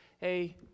hey